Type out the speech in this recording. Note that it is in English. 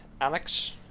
Alex